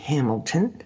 Hamilton